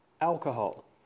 alcohol